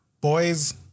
boys